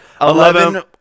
Eleven